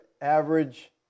average